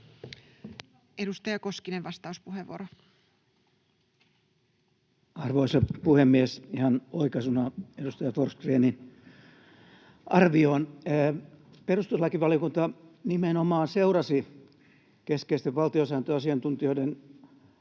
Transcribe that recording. Edustaja Koskinen, vastauspuheenvuoro. Arvoisa puhemies! Ihan oikaisuna edustaja Forsgrénin arvioon: Perustuslakivaliokunta nimenomaan seurasi keskeisten valtiosääntöasiantuntijoiden